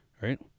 Right